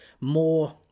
more